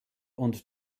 und